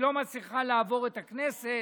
היא לא מצליחה לעבור את הכנסת,